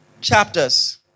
chapters